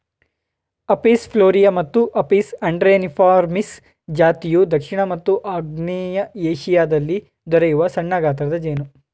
Apis florea ಮತ್ತು Apis andreniformis ಜಾತಿಯು ದಕ್ಷಿಣ ಮತ್ತು ಆಗ್ನೇಯ ಏಶಿಯಾದಲ್ಲಿ ದೊರೆಯುವ ಸಣ್ಣಗಾತ್ರದ ಜೇನು